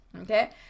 okay